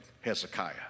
Hezekiah